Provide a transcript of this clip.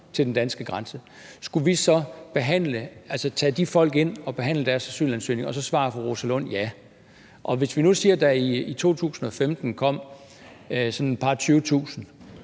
til den danske grænse, skulle vi så tage de folk ind og behandle deres asylansøgning? Og så svarer fru Rosa Lund ja. Og hvis vi nu siger, at der i 2015 kom sådan et par og